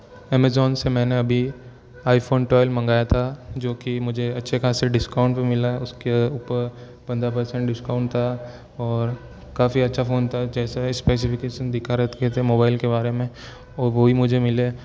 Amazon से मैंने अभी आई फ़ोन ट्वेल्व मंगाया था जो कि मुझे अच्छे खासे डिस्काउंट पे मिला है उसके ऊपर पंद्रह परसेंट डिस्काउंट था और काफ़ी अच्छा फ़ोन था जैसा स्पेसिफ़िकेशन दिखा रखे थे मोबाइल के बारे में और वोही मुझे मिले